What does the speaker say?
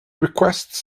requests